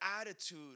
attitude